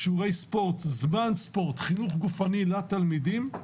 שיעורי ספורט, זמן ספורט, חינוך גופני לתלמידים.